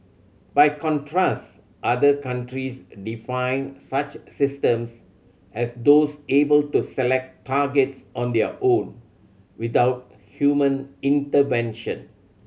by contrast other countries define such systems as those able to select targets on their own without human intervention